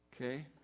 Okay